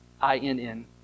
I-N-N